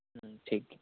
ᱦᱮᱸ ᱴᱷᱤᱠ